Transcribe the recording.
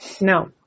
No